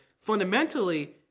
fundamentally